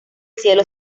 cielo